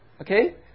Okay